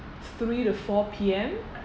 three to four P_M